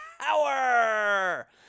power